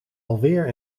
alweer